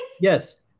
Yes